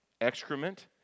excrement